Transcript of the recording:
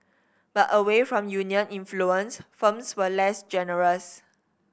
but away from union influence firms were less generous